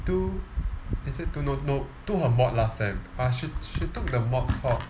two is it two no no took her mod last sem uh she she took the mod called